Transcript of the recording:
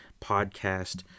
podcast